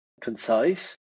concise